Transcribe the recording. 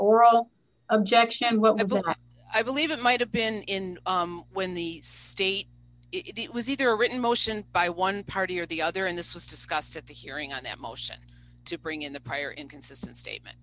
oral objection well i believe it might have been when the state it was either written motion by one party or the other and this was discussed at the hearing on that motion to bring in the prior inconsistent statement